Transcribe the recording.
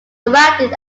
surrounded